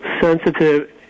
sensitive